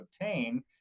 obtain